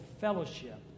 fellowship